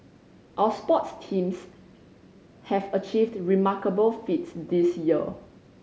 our sports teams have achieved remarkable feats this year